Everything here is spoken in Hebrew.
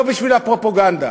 לא בשביל הפרופגנדה.